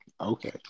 Okay